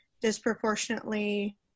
disproportionately